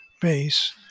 base